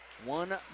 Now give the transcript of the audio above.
One